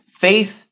faith